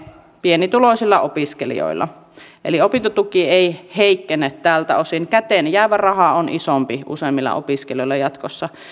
pienituloisilla opiskelijoilla opintotuki ei heikkene tältä osin käteenjäävä raha on isompi useimmilla opiskelijoilla jatkossa